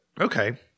okay